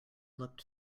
looked